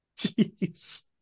Jeez